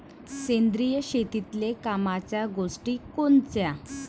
सेंद्रिय शेतीतले कामाच्या गोष्टी कोनच्या?